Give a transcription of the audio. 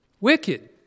Wicked